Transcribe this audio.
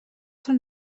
són